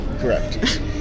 Correct